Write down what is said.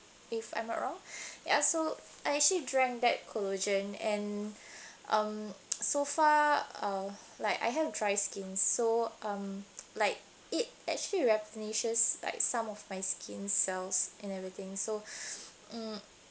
if I'm not wrong ya so I actually drank that collagen um so far uh like I have dry skin so um like it actually replenishes like some of my skin cells and everything so mm